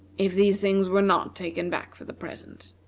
if these things were not taken back for the present.